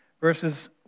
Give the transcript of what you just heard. verses